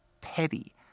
petty